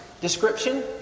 description